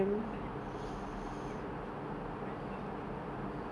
then tadi makan apa what about you what you eat just now